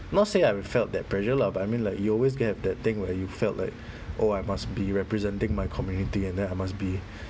not say I felt that pressure lah but I mean like you always get have that thing where you felt like oh I must be representing my community and then I must be